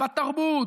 בתרבות,